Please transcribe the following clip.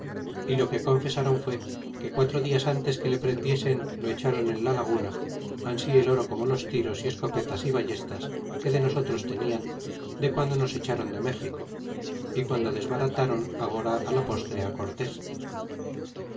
y lo que confesaron fue que quatro dias antes que le prendiesen lo echaron en la laguna ansi el oro como los tiros y escopetas y ballestas que de nosotros tenian de guando nos echaron de méxico y guando desbarataron agora la postre